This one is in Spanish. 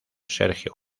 sergio